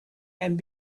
and